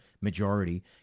majority